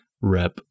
rep